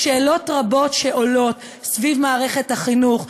יש שאלות רבות שעולות סביב מערכת החינוך,